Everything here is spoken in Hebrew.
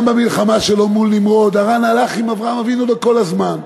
גם במלחמה שלו מול נמרוד הלך הרן עם אברהם אבינו כל הזמן.